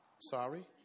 Sorry